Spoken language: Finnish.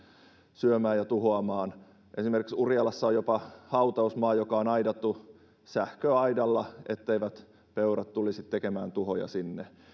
syömään ja tuhoamaan esimerkiksi urjalassa on jopa hautausmaa joka on aidattu sähköaidalla etteivät peurat tulisi tekemään tuhoja sinne